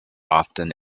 often